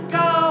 go